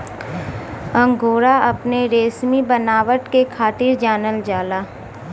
angora अपने रेसमी बनावट के खातिर जानल जाला